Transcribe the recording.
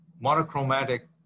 monochromatic